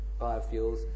biofuels